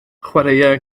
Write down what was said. chwaraea